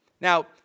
Now